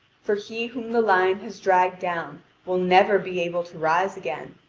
for he whom the lion has dragged down will never be able to rise again,